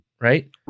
right